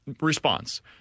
response